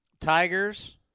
Tigers